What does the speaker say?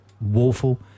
Woeful